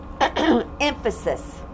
emphasis